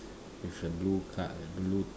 with a blue colour blue